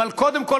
אבל קודם כול,